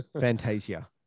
Fantasia